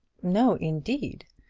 no, indeed.